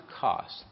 cost